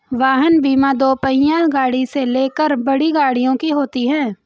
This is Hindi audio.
वाहन बीमा दोपहिया गाड़ी से लेकर बड़ी गाड़ियों की होती है